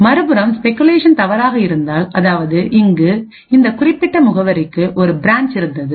மறுபுறம் ஸ்பெகுலேஷன் தவறாக இருந்தால் அதாவது இங்குஇந்த குறிப்பிட்ட முகவரிக்கு ஒரு பிரான்ச் இருந்தது